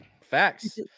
Facts